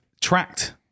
tracked